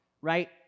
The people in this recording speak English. right